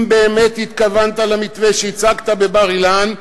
אם באמת התכוונת למתווה שהצגת בבר-אילן,